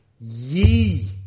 ye